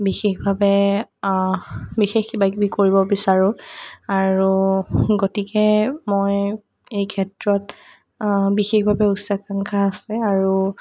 বিশেষভাৱে বিশেষ কিবাকিবি কৰিব বিচাৰোঁ আৰু গতিকে মই এই ক্ষেত্ৰত বিশেষভাৱে উচ্চাকাংক্ষা আছে আৰু